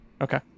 Okay